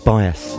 Bias